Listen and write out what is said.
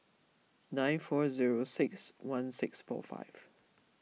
nine four zero six one six four five